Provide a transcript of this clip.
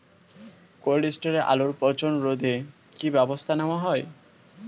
Cold স্টোরে আলুর পচন রোধে কি ব্যবস্থা নেওয়া হয়?